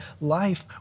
life